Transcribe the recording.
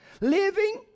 living